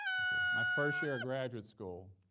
okay, my first year of graduate school,